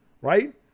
Right